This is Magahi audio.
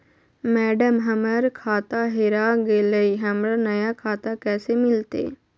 मैडम, हमर खाता हेरा गेलई, हमरा नया खाता कैसे मिलते